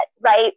right